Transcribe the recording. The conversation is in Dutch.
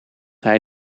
hij